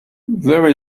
there